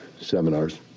seminars